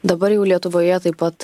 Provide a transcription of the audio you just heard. dabar jau lietuvoje taip pat